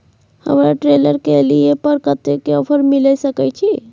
हमरा ट्रेलर के लिए पर कतेक के ऑफर मिलय सके छै?